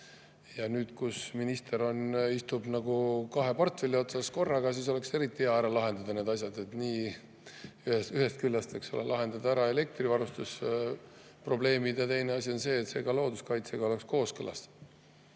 Ja nüüd, kui minister istub nagu kahe portfelli otsas korraga, siis oleks eriti hea ära lahendada need asjad. Ühest küljest võiks lahendada ära elektrivarustusprobleemid ja teine asi on see, et see oleks ka looduskaitsega kooskõlas. Mis